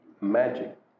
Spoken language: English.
Magic